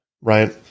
right